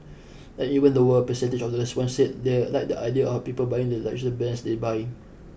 an even lower percentage of respondents said they like the idea of people buying the luxury brands they buy